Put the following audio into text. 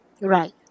Right